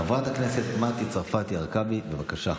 טרוֹפר,